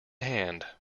hand